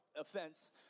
offense